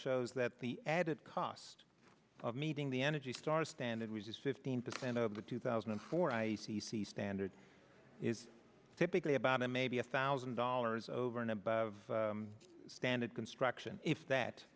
shows that the added cost of meeting the energy storage standard was fifteen percent of the two thousand and four i see standard is typically about a maybe a thousand dollars over and above standard construction if that